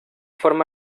forma